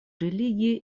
религии